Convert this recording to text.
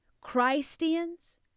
Christians